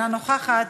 אינה נוכחת.